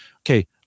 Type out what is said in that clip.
okay